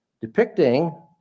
depicting